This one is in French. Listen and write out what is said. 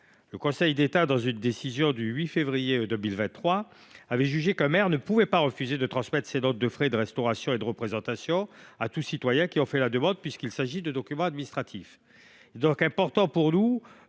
Le Conseil d’État, dans une décision du 8 février 2023, a jugé qu’un maire ne pouvait pas refuser de transmettre ses notes de frais de restauration et de représentation à tout citoyen qui en ferait la demande, puisqu’il s’agissait de documents administratifs. Il est donc important, pour